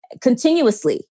continuously